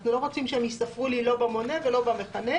אנחנו לא רוצים שהם ייספרו לי לא במונה ולא במכנה,